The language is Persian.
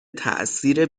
تاثیر